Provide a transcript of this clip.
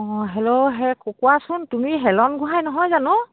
অঁ হেল্ল' সেই কোৱাচোন তুমি হেলন গোহাঁই নহয় জানো